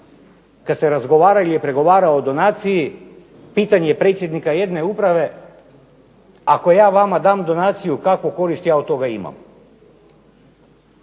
kad se razgovara ili pregovara o donaciji pitanje predsjednika jedne uprave, ako ja vama dam donaciju kakve koristi ja od toga imam?